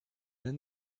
then